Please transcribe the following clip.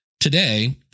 today